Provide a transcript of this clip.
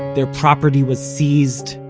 their property was seized,